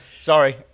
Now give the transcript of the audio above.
Sorry